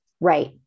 right